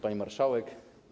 Pani Marszałek!